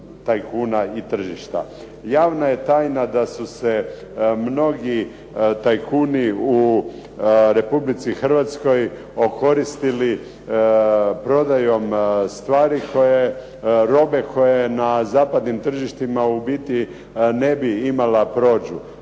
tajkuna i tržišta. Javna je tajna da su se mnogi tajkuni u Republici Hrvatskoj okoristili prodajom stvari, robe koja na zapadnim tržištima ne bi imala prođu.